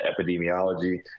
Epidemiology